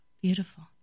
Beautiful